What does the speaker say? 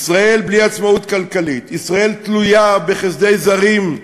ישראל בלי עצמאות כלכלית, ישראל תלויה בחסדי זרים,